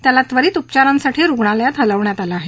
त्याला त्वरीत उपचारांसाठी रुग्णालयात हलवण्यात आलं आहे